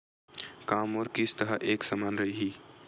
का मोर किस्त ह एक समान रही?